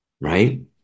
right